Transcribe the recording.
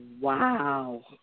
wow